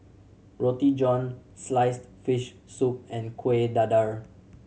Roti John sliced fish soup and Kueh Dadar